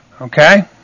Okay